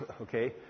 okay